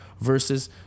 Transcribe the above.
versus